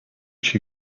she